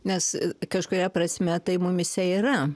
nes kažkuria prasme tai mumyse yra